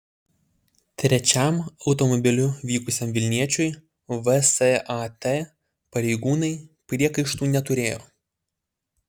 trečiam automobiliu vykusiam vilniečiui vsat pareigūnai priekaištų neturėjo